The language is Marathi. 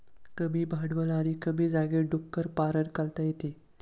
कमी भांडवल आणि कमी जागेत डुक्कर पालन करता येते